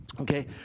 Okay